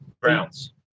Browns